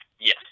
Yes